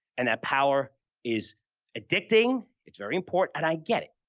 and that power is addicting. it's very important and i get it.